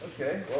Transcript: okay